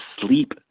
sleep